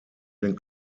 den